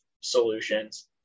solutions